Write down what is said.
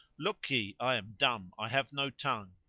lookye, i am dumb, i have no tongue.